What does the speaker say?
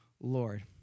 Lord